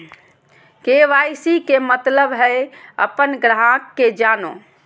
KYC के मतलब हइ अपन ग्राहक के जानो